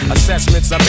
Assessments